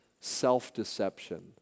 self-deception